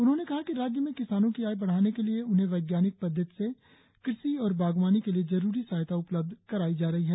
उन्होंने कहा कि राज्य में किसानों की आय बढ़ाने के लिए उन्हें वैज्ञानिक पद्वति से कृषि और बागवानी के लिए जरुरी सहायता उपलब्ध कराई जा रही है